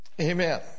Amen